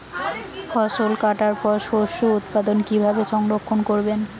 ফসল কাটার পর শস্য উৎপাদন কিভাবে সংরক্ষণ করবেন?